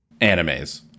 animes